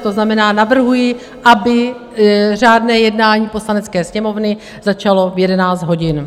To znamená, navrhuji, aby řádné jednání Poslanecké sněmovny začalo v 11 hodin.